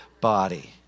body